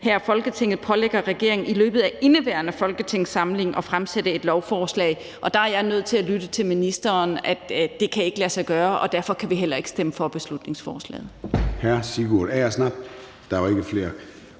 at »Folketinget pålægger regeringen i løbet af indeværende folketingssamling at fremsætte lovforslag ...«, og der er jeg nødt til at lytte til ministeren, der siger, at det ikke kan lade sig gøre, og derfor kan vi heller ikke stemme for beslutningsforslaget.